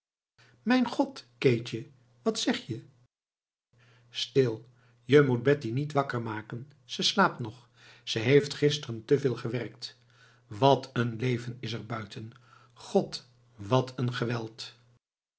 mijn god keetje wat zeg je stil je moet betty niet wakker maken ze slaapt nog ze heeft gisteren te veel gewerkt wat een leven is er buiten god wat een geweld